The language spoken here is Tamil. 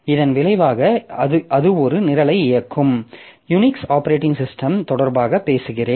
இதன் விளைவாக அது ஒரு நிரல்களை இயக்கும் யுனிக்ஸ் ஆப்பரேட்டிங் சிஸ்டம் தொடர்பாக பேசுகிறேன்